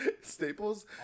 staples